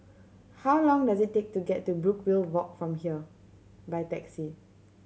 how long does it take to get to Brookvale Walk from here by taxi